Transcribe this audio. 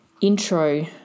intro